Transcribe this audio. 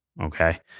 Okay